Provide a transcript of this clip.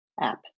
app